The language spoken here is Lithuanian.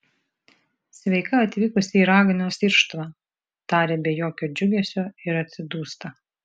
sveika atvykusi į raganos irštvą taria be jokio džiugesio ir atsidūsta